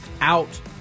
out